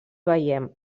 veiem